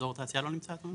אזור התעשייה לא נמצא?